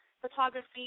photography